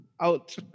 Out